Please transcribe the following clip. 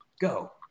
go